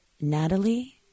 Natalie